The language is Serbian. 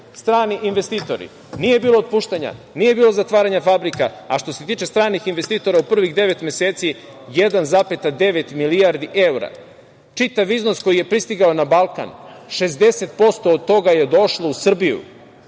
strani investitori? Nije bilo otpuštanja, nije bilo zatvaranja fabrika, a što se tiče stranih investitora u prvih devet meseci 1,9 milijardi evra, čitav iznos koji je pristigao na Balkan, 60% od toga je došlo u Srbiju.